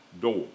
door